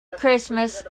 christmas